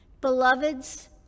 Beloveds